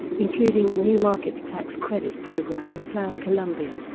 including the new markets tax credit program and plan colombia.